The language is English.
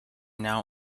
now